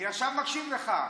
אני עכשיו מקשיב לך.